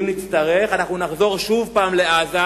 אם נצטרך, נחזור שוב לעזה,